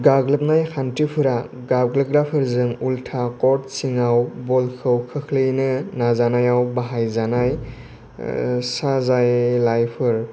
गाग्लोबनाय खान्थिफोरा गाग्लोबग्राफोरजों उल्था कर्ट सिङाव बलखौ खोख्लैनो नाजानायाव बाहायजानाय साजायलायफोर